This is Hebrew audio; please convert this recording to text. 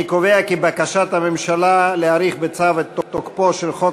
אני קובע כי בקשת הממשלה להאריך בצו את תוקפו של חוק